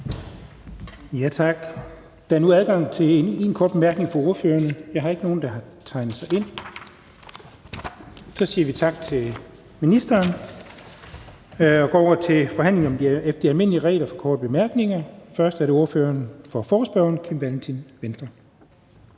Tak. Der er nu adgang til én kort bemærkning fra ordførerne. Men jeg har ikke nogen, der har tegnet sig ind, så vi siger tak til ministeren og går over til forhandlingen efter de almindelige regler for korte bemærkninger. Først er det ordføreren for forespørgerne, hr. Kim Valentin, Venstre.